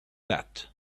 that